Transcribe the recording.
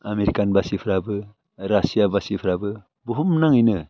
American बासिफ्राबो Russia बासिफ्राबो बुहुमनाङैनो